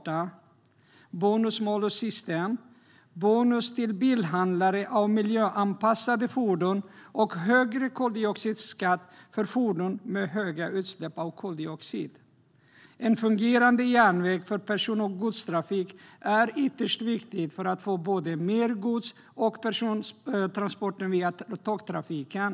Det handlar om bonus-malus-system, bonus till bilhandlare i fråga om miljöanpassade fordon och högre koldioxidskatt för fordon med höga utsläpp av koldioxid. En fungerande järnväg för person och godstrafik är ytterst viktig för att få mer gods och persontransporter via tågtrafiken.